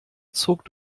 zog